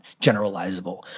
generalizable